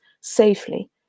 safely